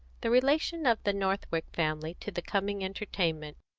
the relation of the northwick family to the coming entertainment,